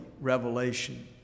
revelation